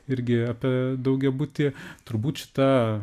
irgi apie daugiabutį turbūt šita